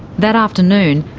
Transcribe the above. that afternoon,